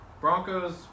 Broncos